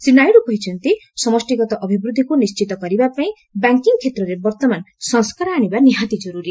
ଶୀ ନାଇଡ୍ କହିଛନ୍ତି ସମଷ୍ଟିଗତ ଅଭିବୃଦ୍ଧିକ୍ ନିଶ୍ଚିତ କରିବା ପାଇଁ ବ୍ୟାଙ୍କିଂ କ୍ଷେତ୍ରରେ ବର୍ତ୍ତମାନ ସଂସ୍କାର ଆଣିବା ନିହାତି ଜରୁରୀ